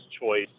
choice